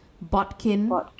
Botkin